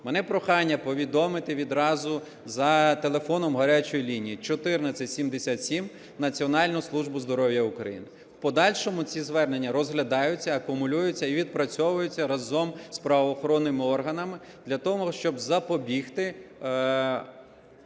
мене прохання повідомити відразу за телефоном гарячої лінії 14-77 Національну службу здоров'я України. В подальшому ці звернення розглядаються, акумулюються і відпрацьовуються разом з правоохоронними органами для того, щоб запобігти